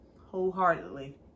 wholeheartedly